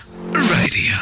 radio